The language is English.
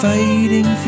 Fighting